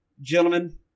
Gentlemen